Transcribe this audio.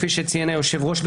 כפי שציין היושב-ראש,